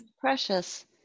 precious